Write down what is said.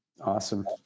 Awesome